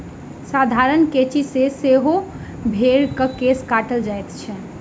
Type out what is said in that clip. साधारण कैंची सॅ सेहो भेंड़क केश काटल जाइत छै